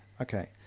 Okay